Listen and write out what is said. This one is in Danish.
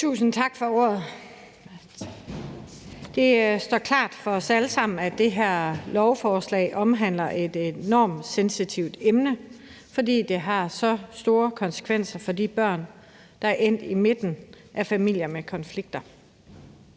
Tusind tak for ordet. Det står klart for os alle sammen, at det her lovforslag omhandler et enormt sensitivt emne, fordi det har så store konsekvenser for de børn, der er endt i midten af familier med konflikter.